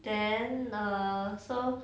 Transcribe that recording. then err so